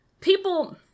People